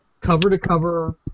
cover-to-cover